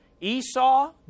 Esau